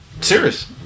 Serious